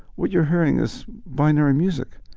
what you're hearing is binary music.